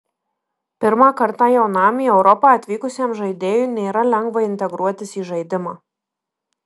pirmą kartą jaunam į europą atvykusiam žaidėjui nėra lengva integruotis į žaidimą